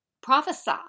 prophesy